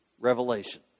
revelation